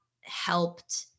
helped